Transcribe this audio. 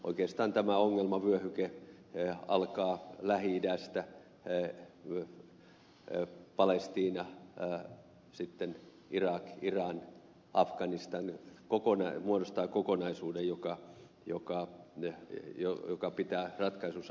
oikeastaan tämä ongelmavyöhyke alkaa lähi idästä palestiina sitten irak iran afganistan muodostavat kokonaisuuden joka pitää ratkaisussa ottaa huomioon